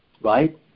right